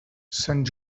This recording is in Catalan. sant